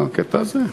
הקטע הזה?